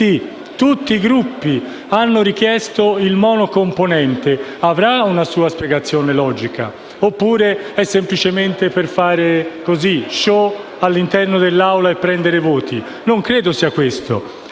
che tutti i Gruppi abbiano richiesto il monocomponente avrà una sua spiegazione logica: oppure è semplicemente per fare uno *show* all'interno dell'Aula e prendere voti? Io non credo sia questo